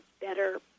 better